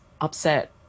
upset